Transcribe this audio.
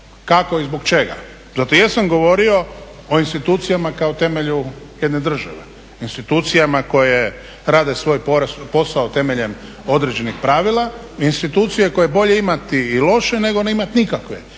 kako i zbog čega. Zato jesam govorio o institucijama o temelju jedne države, institucijama koje rade svoj posao temeljem određenih pravila, institucije koje je imati i loše nego ne imati nikakve